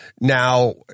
Now